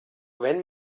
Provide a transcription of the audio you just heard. wenn